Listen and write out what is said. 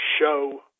show